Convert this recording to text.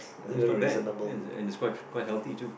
oh that's not bad ya and and it's quite healthy too